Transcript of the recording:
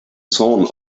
zorn